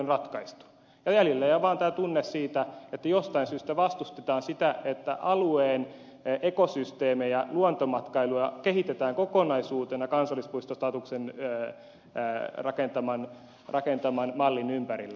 jäljelle jää vaan tunne siitä että jostain syystä vastustetaan sitä että alueen ekosysteemejä luontomatkailua kehitetään kokonaisuutena kansallispuistostatuksen rakentaman mallin ympärillä